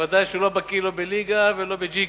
שוודאי שהוא לא בקי לא בליגה ולא בג'יגה,